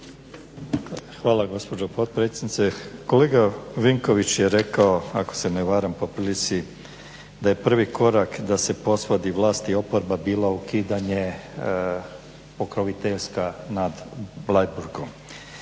Hvala gospođo potpredsjednice. Kolega Vinković je rekao ako se ne varam po prilici da je prvi korak da se posvadi vlast i oporba bilo ukidanje pokroviteljstva nad Bleiburgom.